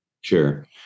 Sure